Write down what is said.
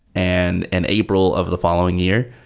and and april of the following year,